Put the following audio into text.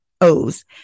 O's